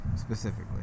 specifically